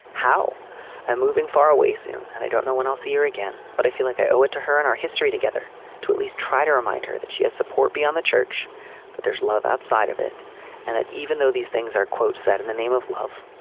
how i'm moving far away soon and i don't know when i'll see her again but i feel like i owe it to her and our history together to at least try to remind her that she has support beyond the church that there's love outside of it and that even though these things are quote set in the name of love.